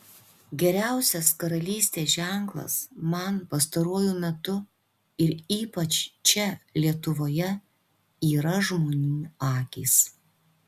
geriausias karalystės ženklas man pastaruoju metu ir ypač čia lietuvoje yra žmonių akys